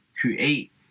create